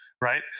right